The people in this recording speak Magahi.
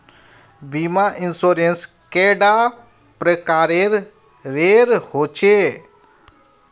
बीमा इंश्योरेंस कैडा प्रकारेर रेर होचे